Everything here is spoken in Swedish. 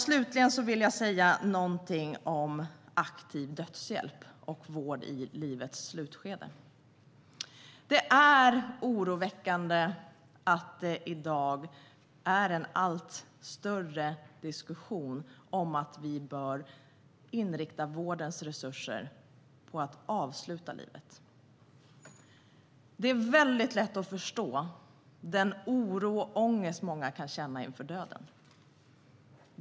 Slutligen ska jag säga något om aktiv dödshjälp och vård i livets slutskede. Den allt större diskussionen om att vi bör inrikta vårdens resurser på att avsluta liv är oroväckande. Det är väldigt lätt att förstå den oro och ångest många kan känna inför döden.